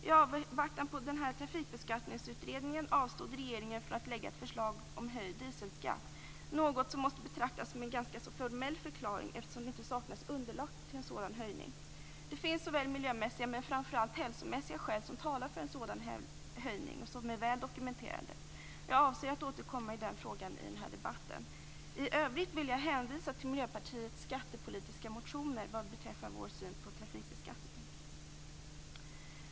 I avvaktan på trafikbeskattningsutredningen avstod regeringen från att lägga fram ett förslag om höjd dieselskatt, något som måste betraktas som en ganska formell förklaring, eftersom det inte saknas underlag till en sådan höjning. Det finns såväl miljömässiga som, och framför allt, hälsomässiga skäl som talar för en sådan höjning, och detta är väl dokumenterat. Jag avser att återkomma till den frågan senare i debatten. I övrigt vill jag hänvisa till Miljöpartiets skattepolitiska motioner vad beträffar vår syn på trafikbeskattningen.